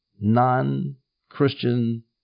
non-Christian